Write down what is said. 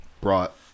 brought